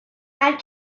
add